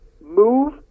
move